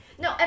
No